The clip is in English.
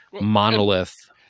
monolith